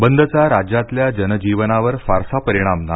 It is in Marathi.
बंदचा राज्यातल्या जनजीवनावर फारसा परिणाम नाही